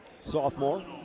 Sophomore